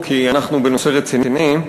כי אנחנו בנושא רציני.